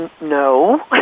No